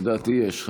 לדעתי יש.